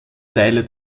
teile